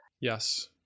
Yes